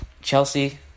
Chelsea